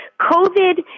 covid